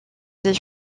des